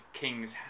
king's